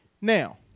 Now